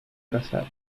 casar